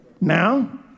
Now